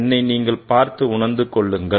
எண்ணை நீங்களே பார்த்து உணர்ந்து கொள்ளுங்கள்